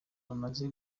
bamaze